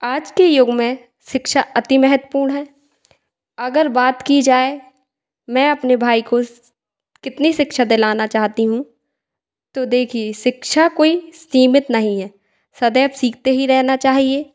आज के युग में सिक्षा अति महत्वपूर्ण है अगर बात की जाए मैं अपने भाई को उस कितनी शिक्षा दिलाना चाहती हूँ तो देखिए शिक्षा कोई सीमित नहीं है सदैव सीखते ही रहना चाहिए